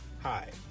hi